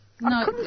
No